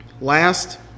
Last